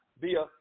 via